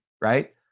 right